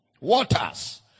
Waters